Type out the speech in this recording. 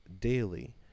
daily